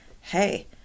hey